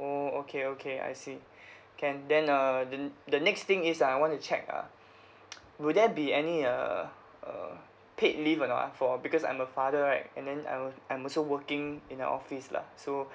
orh okay okay I see can then uh the the next thing is uh I want to check uh will there be any uh uh paid leave or not ah for because I'm a father right and then I'll I'm also working in a office lah so